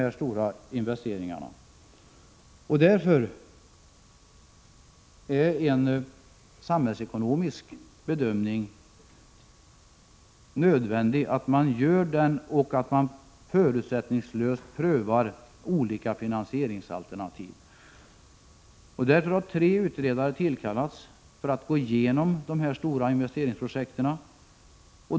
Därför är det nödvändigt att man gör en samhällsekonomisk bedömning och att man förutsättningslöst prövar olika finansieringsalternativ. Därför har tre utredare tillkallats för att gå igenom dessa stora investeringsprojekt.